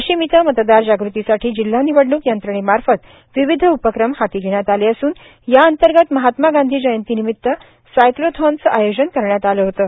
वाशिम इथं मतदार जागृतीसाठी जिल्हानिवडणूक यंत्रणेमार्फत विविध उपक्रम हाती घेण्यात आले असून या अंतर्गत महात्मा गांधी जयंती निमित सायक्लोथानचं आयोजन करण्यात आलं होतं